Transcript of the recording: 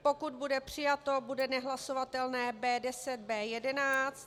Pokud bude přijato, bude nehlasovatelné B10, B11.